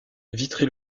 vitry